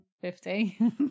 Fifty